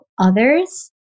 others